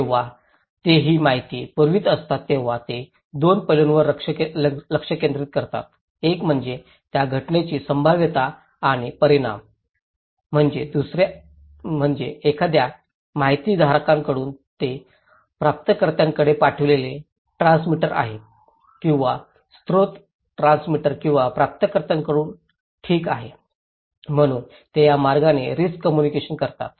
जेव्हा ते ही माहिती पाठवित असतात तेव्हा ते 2 पैलूंवर लक्ष केंद्रित करतात एक म्हणजे त्या घटनेची संभाव्यता आणि परिणाम म्हणजे एखाद्या माहिती धारकाकडून ते प्राप्तकर्त्याकडे पाठविलेले ट्रान्समीटर आहे किंवा स्त्रोत ट्रान्समीटर किंवा प्राप्तकर्त्याकडून ठीक आहे म्हणून ते या मार्गाने रिस्क कोम्मुनिकेशन करतात